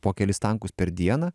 po kelis tankus per dieną